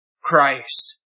Christ